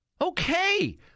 Okay